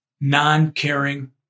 non-caring